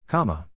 Comma